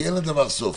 כי אין לדבר סוף.